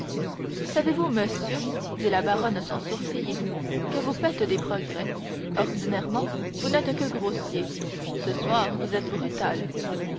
savez-vous monsieur dit la baronne sans sourciller que vous faites des progrès ordinairement vous n'étiez que grossier ce soir vous êtes brutal